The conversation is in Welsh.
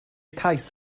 cais